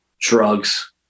drugs